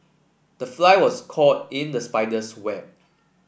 the fly was caught in the spider's web